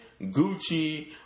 Gucci